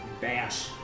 bash